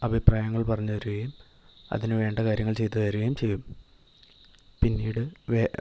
അഭിപ്രായങ്ങൾ പറഞ്ഞു തരുകയും അതിന് വേണ്ട കാര്യങ്ങൾ ചെയ്ത് തരുകയും ചെയ്യും പിന്നീട് വേ